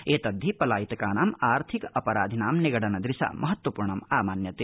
एतद्वि पलायितकानाम् आर्थिकापराधिनां निगडन दूशा महत्त्वपूर्णम् आमान्यते